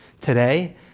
Today